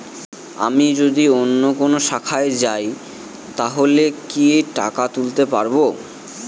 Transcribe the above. আমি যদি অন্য কোনো শাখায় যাই তাহলে কি টাকা তুলতে পারব?